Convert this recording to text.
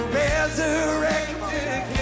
resurrected